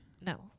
No